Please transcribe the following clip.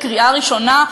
לקריאה ראשונה.